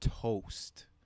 toast